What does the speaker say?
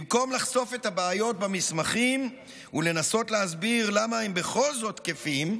במקום לחשוף את הבעיות במסמכים ולנסות להסביר למה הם בכל זאת תקפים,